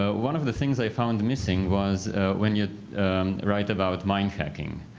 ah one of the things i found missing was when you write about mind hacking